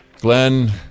Glenn